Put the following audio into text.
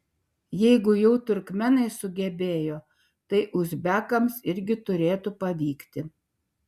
jeigu jau turkmėnai sugebėjo tai uzbekams irgi turėtų pavykti